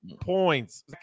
points